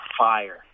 fire